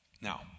Now